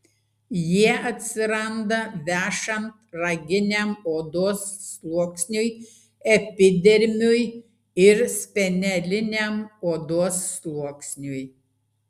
jie atsiranda vešant raginiam odos sluoksniui epidermiui ir speneliniam odos sluoksniui